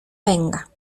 venga